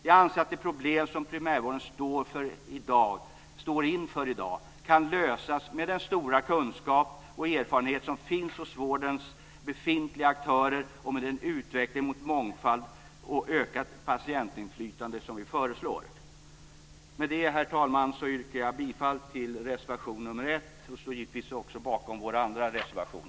Jag anser att de problem som primärvården står inför i dag kan lösas med den stora kunskap och erfarenhet som finns hos vårdens befintliga aktörer om med den utveckling mot mångfald och ökat patientinflytande som vi föreslår. Med det, herr talman, yrkar jag bifall till reservation nr 1, och jag står givetvis också bakom vår andra reservation.